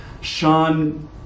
Sean